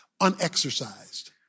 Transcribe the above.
Unexercised